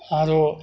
आओर